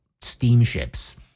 steamships